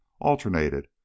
alternated